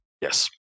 Yes